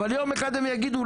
אבל יום אחד הם יגידו,